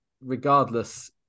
regardless